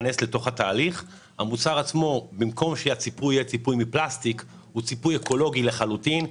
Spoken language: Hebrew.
המוצר עצמו מצופה בציפוי אקולוגי לחלוטין.